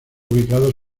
ubicado